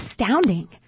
astounding